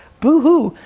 boo hoo.